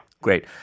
Great